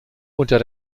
unter